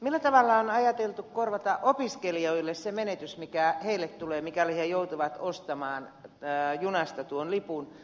millä tavalla on ajateltu korvata opiskelijoille se menetys mikä heille tulee mikäli he joutuvat ostamaan junasta tuon lipun